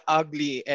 ugly